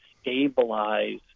stabilize